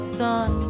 sun